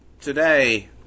Today